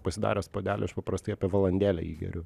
pasidaręs puodelį aš paprastai apie valandėlę jį geriu